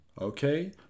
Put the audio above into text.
Okay